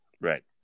right